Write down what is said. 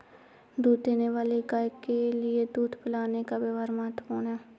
दूध देने वाली गाय के लिए दूध पिलाने का व्यव्हार महत्वपूर्ण है